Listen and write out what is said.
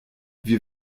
wir